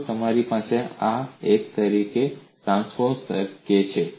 તો તમારી પાસે આ એક તરીકે અને આ ટ્રાન્સપોઝ તરીકે છે